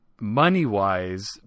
money-wise